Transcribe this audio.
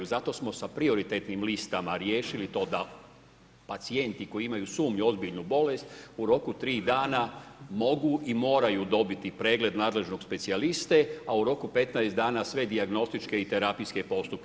Zato smo sa prioritetnim listama riješili to da pacijenti koji imaju sumnju u ozbiljnu bolest u roku 3 dana mogu i moraju dobiti pregled nadležnog specijaliste, a u roku 15 dana sve dijagnostičke i terapijske postupke.